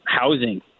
housing